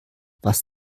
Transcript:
was